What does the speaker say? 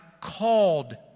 called